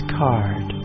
card